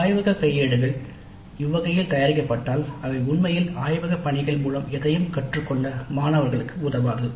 எனவே ஆய்வக கையேடுகள் இவ்வகையில் தயாரிக்கப்பட்டால் அவை உண்மையில் ஆய்வகப் பணிகள் மூலம் எதையும் கற்றுக்கொள்ள மாணவர்களுக்கு உதவாது